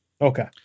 Okay